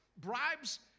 bribes